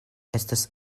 estas